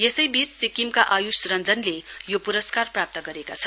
यसैबीच सिक्किमका आयुष रञ्जनले यो पुरस्कार प्राप्त गरेका छन्